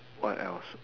what else